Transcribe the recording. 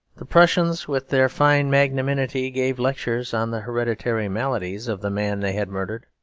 the prussians, with their fine magnanimity, gave lectures on the hereditary maladies of the man they had murdered.